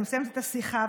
אני מסיימת את השיחה,